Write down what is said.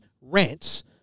rants